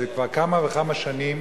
זה כבר כמה וכמה שנים